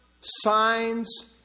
signs